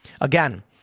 Again